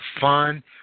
fun